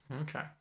Okay